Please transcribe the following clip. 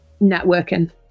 Networking